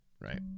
right